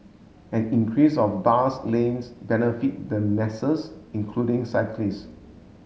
an increase of bus lanes benefit the masses including cyclists